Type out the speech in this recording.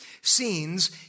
scenes